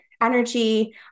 energy